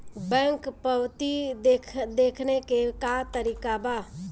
Bank पवती देखने के का तरीका बा?